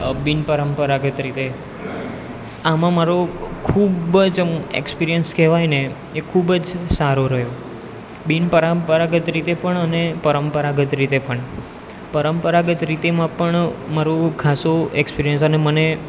બીનપરંપરાગત રીતે આમાં મારો ખૂબ જ આમ એક્સપિરિયન્સ કહેવાયને એ ખૂબ જ સારો રહ્યો બીનપરંપરાગત રીતે પણ અને પરંપરાગત રીતે પણ પરંપરાગત રીતેમાં પણ મારું ખાસું એકપિરિયન્સ અને મને